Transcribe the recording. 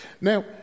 Now